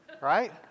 Right